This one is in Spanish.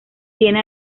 tiene